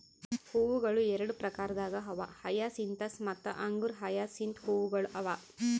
ಹೂವುಗೊಳ್ ಎರಡು ಪ್ರಕಾರದಾಗ್ ಅವಾ ಹಯಸಿಂತಸ್ ಮತ್ತ ಅಂಗುರ ಹಯಸಿಂತ್ ಹೂವುಗೊಳ್ ಅವಾ